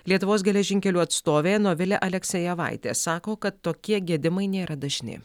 lietuvos geležinkelių atstovė novilė aleksejevaitė sako kad tokie gedimai nėra dažni